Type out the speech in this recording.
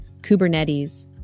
Kubernetes